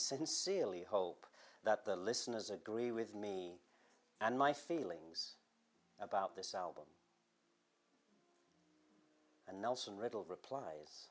sincerely hope that the listeners agree with me and my feelings about this album and nelson riddle replies